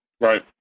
Right